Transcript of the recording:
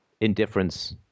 Indifference